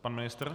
Pan ministr?